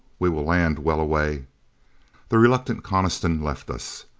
we will land well away the reluctant coniston left us.